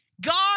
God